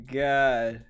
god